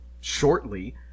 shortly